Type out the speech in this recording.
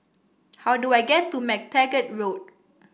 how do I get to MacTaggart Road